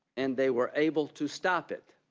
and they were able to stop it.